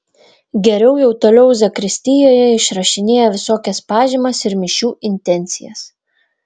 geriau jau toliau zakristijoje išrašinėja visokias pažymas ir mišių intencijas